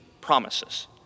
promises